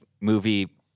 movie